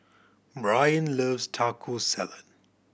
Brayan loves Taco Salad